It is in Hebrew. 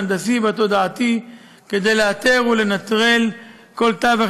ההנדסי והתודעתי כדי לאתר ולנטרל כל תווך